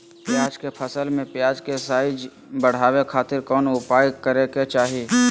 प्याज के फसल में प्याज के साइज बढ़ावे खातिर कौन उपाय करे के चाही?